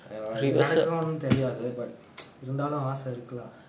நடக்குன் தெரியாது:nadakkunu theriyaathu but இருந்தாலும் ஆச இருக்கலாம்:irunthaalum aasa irukkalaam